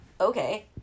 okay